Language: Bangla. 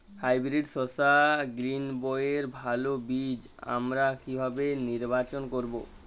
হাইব্রিড শসা গ্রীনবইয়ের ভালো বীজ আমরা কিভাবে নির্বাচন করব?